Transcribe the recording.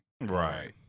Right